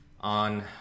on